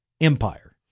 Empire